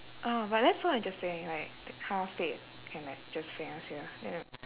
oh but that's so interesting like how fate can like just bring us here ya